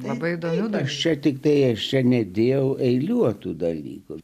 labai daug aš čia tiktai aš čia nedėjau eiliuotų dalykų